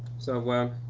so well,